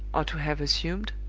or to have assumed,